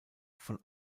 von